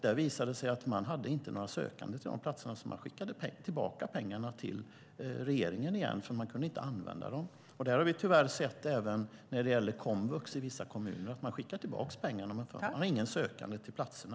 Där visade det sig att det inte fanns några sökande till platserna, så man skickade tillbaka pengarna till regeringen, för man kunde inte använda dem. Det har vi tyvärr även sett när det gäller komvux i vissa kommuner. Man skickar tillbaka pengarna, för man har inga sökande till platserna.